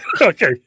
Okay